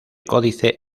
códice